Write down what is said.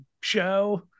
show